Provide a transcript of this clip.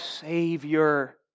Savior